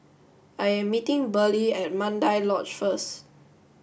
I am meeting Burley at Mandai Lodge first